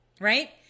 right